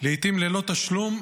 לעיתים ללא תשלום,